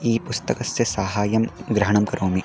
E पुस्तकस्य सहायं ग्रहणं करोमि